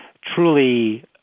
truly